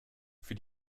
für